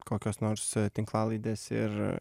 kokios nors tinklalaidės ir